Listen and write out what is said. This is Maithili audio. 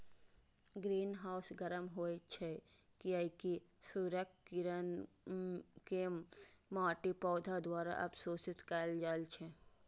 ग्रीनहाउस गर्म होइ छै, कियैकि सूर्यक किरण कें माटि, पौधा द्वारा अवशोषित कैल जाइ छै